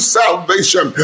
salvation